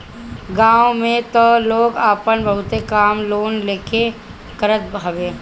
गांव में तअ लोग आपन बहुते काम लोन लेके करत हवे